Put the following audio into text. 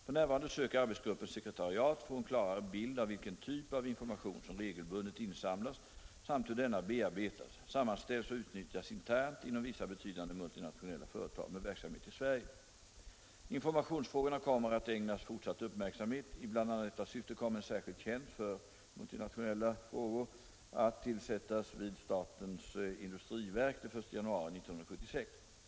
F.n. söker arbetsgruppens sekretariat få en klarare bild av vilken typ av information som regelbundet insamlas samt hur denna bearbetas, sammanställs och utnyttjas internt inom vissa betydande MNF med verksamhet i Sverige. Informationsfrågorna kommer att ägnas fortsatt uppmärksamhet. I bl.a. detta syfte kommer en särskild tjänst för MNEF-frågor att tillsättas vid statens industriverk den 1 januari 1976.